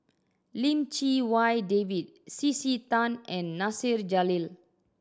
Lim Chee Wai David C C Tan and Nasir Jalil